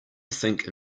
think